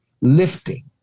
lifting